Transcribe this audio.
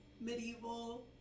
medieval